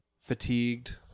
fatigued